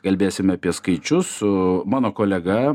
kalbėsime apie skaičius su mano kolega